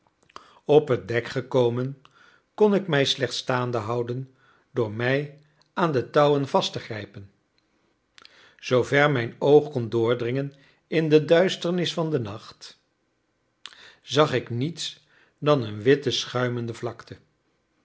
op het dek gekomen kon ik mij slechts staande houden door mij aan de touwen vast te grijpen zoo ver mijn oog kon doordringen in de duisternis van den nacht zag ik niets dan een witte schuimende vlakte